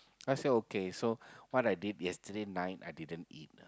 I say okay so what I did yesterday night I didn't eat